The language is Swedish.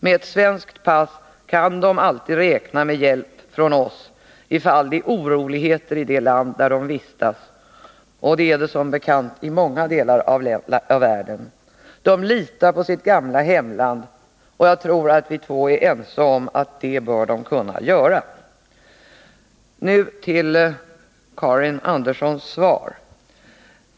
Med ett svenskt pass kan de alltid räkna med vår hjälp, ifall det är oroligheter i det land där de vistas, och det är, som bekant, oroligt i många delar av världen. De litar på sitt gamla hemland, och jag tror att vi två är ense om att de bör kunna göra detta. Nu till Karin Anderssons svar.